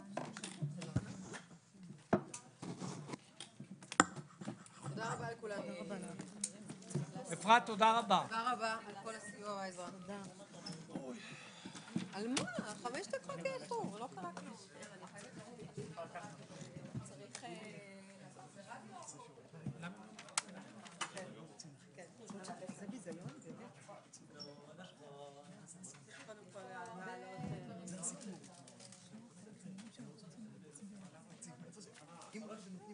11:08.